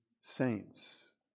saints